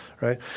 right